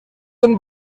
and